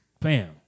bam